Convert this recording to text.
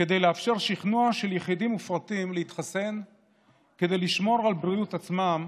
כדי לאפשר שכנוע של יחידים ופרטים להתחסן כדי לשמור על בריאות עצמם